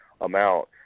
amount